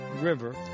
River